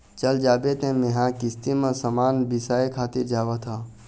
चल जाबे तें मेंहा किस्ती म समान बिसाय खातिर जावत हँव